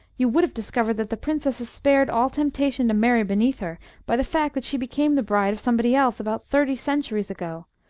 you would have discovered that the princess is spared all temptation to marry beneath her by the fact that she became the bride of somebody else about thirty centuries ago.